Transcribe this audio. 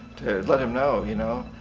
let him know. you know.